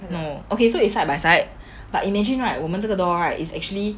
no okay if side by side but imagine right 我们这个 door right is actually